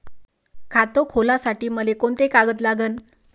खात खोलासाठी मले कोंते कागद लागन?